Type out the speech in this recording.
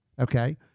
Okay